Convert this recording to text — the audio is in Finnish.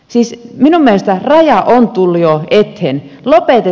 siis minun mielestäni raja on tullut jo eteen